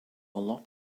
lop